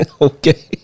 Okay